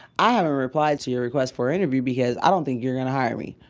i haven't replied to your request for interview because i don't think you're gonna hire me.